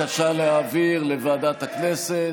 יש בקשה להעביר לוועדת הכנסת,